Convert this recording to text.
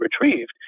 retrieved